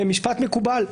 במשפט מקובל,